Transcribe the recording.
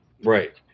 Right